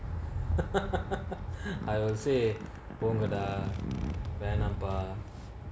I would say bermuda we're number